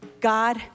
God